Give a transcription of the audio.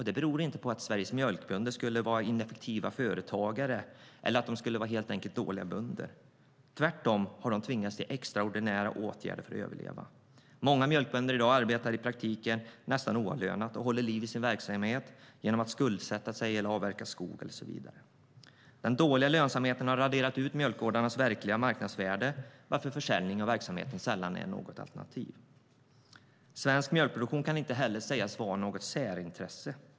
Det beror inte på att Sveriges mjölkbönder skulle vara ineffektiva företagare eller helt enkelt dåliga bönder. Tvärtom har de tvingats till extraordinära åtgärder för att överleva. Många mjölkbönder arbetar i dag i praktiken oavlönat och håller liv i sin verksamhet genom att skuldsätta sig eller avverka skog och så vidare. Den dåliga lönsamheten har raderat mjölkgårdarnas verkliga marknadsvärde, varför försäljning av verksamheten sällan är något alternativ. Svensk mjölkproduktion kan inte heller sägas vara något särintresse.